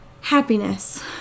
happiness